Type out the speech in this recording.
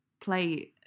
play